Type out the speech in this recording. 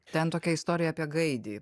ten tokia istorija apie gaidį